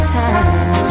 time